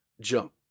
Jump